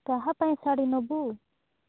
କାହା ପାଇଁ ଶାଢ଼ୀ ନେବୁ